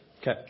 Okay